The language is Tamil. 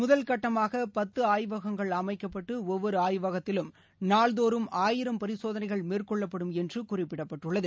முதல் கட்டமாக பத்து ஆய்வகங்கள் அமைக்கப்பட்டு ஒவ்வொரு ஆய்வகத்திலும் நாள்தோறும் ஆயிரம் பரிசோதனைகள் மேற்கொள்ளப்படும் என்று குறிப்பிட்டுள்ளது